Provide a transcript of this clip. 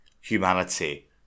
humanity